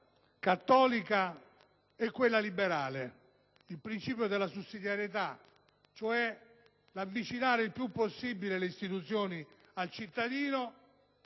cattolica e quella liberale: il principio di sussidiarietà, avvicinare cioè il più possibile le istituzioni al cittadino